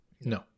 No